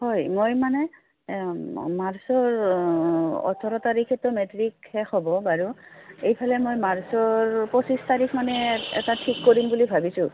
হয় মই মানে মাৰ্চৰ ওঠৰ তাৰিখেতো মেট্ৰিক শেষ হ'ব বাৰু এইফালে মই মাৰ্চৰ পঁচিছ তাৰিখ মানে এটা ঠিক কৰিম বুলি ভাবিছোঁ